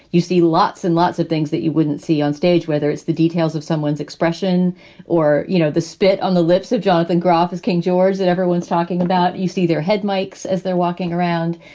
you see lots and lots of things that you wouldn't see on stage, whether it's the details of someone's expression or, you know, the spit on the lips of jonathan groff is king george that everyone's talking about. you see their head mikes as they're walking around.